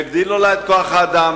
יגדילו לה את כוח-האדם,